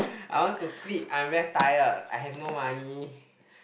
I want to sleep I'm very tired I have no money